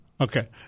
Okay